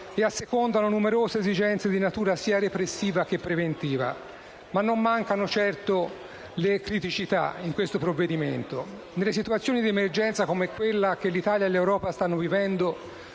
e assecondano numerose esigenze di natura sia repressiva sia preventiva, anche se non mancano certo le criticità. Nelle situazioni di emergenza, come quella che l'Italia e l'Europa stanno vivendo,